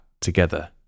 together